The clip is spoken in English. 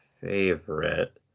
favorite